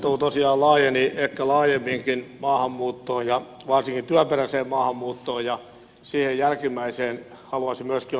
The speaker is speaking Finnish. keskustelu tosiaan laajeni ehkä laajemminkin maahanmuuttoon ja varsinkin työperäiseen maahanmuuttoon ja siihen jälkimmäiseen haluaisin myöskin ottaa kantaa